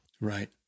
Right